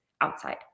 outside